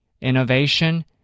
Innovation